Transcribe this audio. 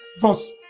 verse